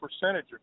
percentage